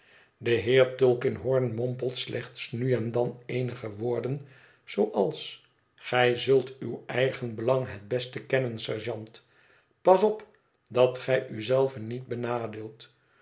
de heer tulkinghorn mompelt slechts nu en dan eenige woorden zooals gij zult uw eigen belang het beste kennen sergeant pas op dat gij u zelven niet benadeelt